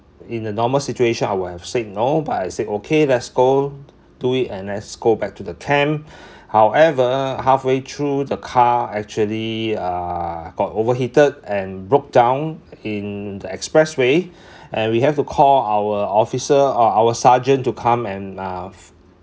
in the normal situation I would have said no but I said okay let's go do it and let's go back to the camp however halfway through the car actually uh got overheated and broke down in the expressway and we have to call our officer uh our sergeant to come and um